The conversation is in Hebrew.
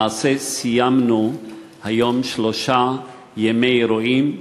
למעשה סיימנו היום שלושה ימי אירועים,